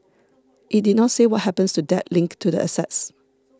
it did not say what happens to debt linked to the assets